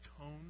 tone